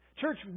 Church